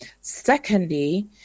Secondly